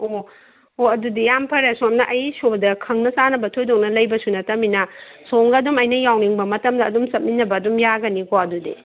ꯑꯣ ꯍꯣ ꯑꯗꯨꯗꯤ ꯌꯥꯝ ꯐꯔꯦ ꯁꯣꯝꯅ ꯑꯩ ꯁꯣꯝ ꯈꯪꯅ ꯆꯥꯟꯅꯕ ꯊꯣꯏꯗꯣꯛ ꯂꯩꯕꯁꯨ ꯅꯠꯇꯕꯅꯤꯅ ꯁꯣꯝꯒ ꯑꯗꯨꯝ ꯑꯩꯅ ꯌꯥꯎꯅꯤꯡꯕ ꯃꯇꯝꯗ ꯑꯗꯨꯝ ꯆꯠꯃꯤꯟꯅꯕ ꯑꯗꯨꯝ ꯌꯥꯒꯅꯤꯀꯣ ꯑꯗꯨꯗꯤ